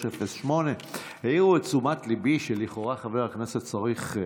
308. העירו את תשומת ליבי שלכאורה חבר הכנסת צריך,